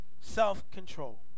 self-control